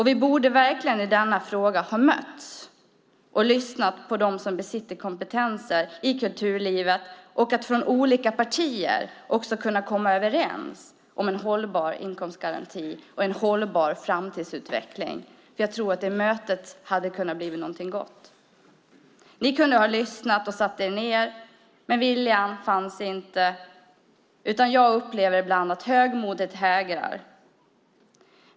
Vi borde i denna fråga ha mötts och lyssnat på dem som besitter kompetenser i kulturlivet och från olika partiers sida ha kommit överens om en hållbar inkomstgaranti och en hållbar framtidsutveckling. Jag tror att det mötet hade kunnat bli någonting bra. Ni i majoriteten kunde ha satt er ned och lyssnat, men viljan fanns inte. Jag upplever ibland att högmodet hägrar.